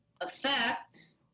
affects